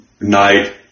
night